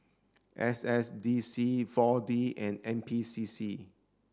S S D C four D and N P C C